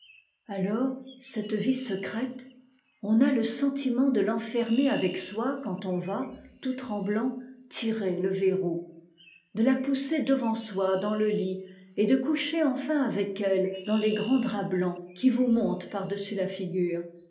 alors cette vie secrète on a le sentiment de l'enfermer avec soi quand on va tout tremblant tirer le verrou de la pousser devant soi dans le lit et de coucher enfin avec elle dans les grands draps blancs qui vous montent par-dessus la figure